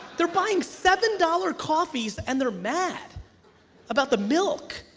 they're buying seven dollars coffees and they're mad about the milk.